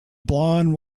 blond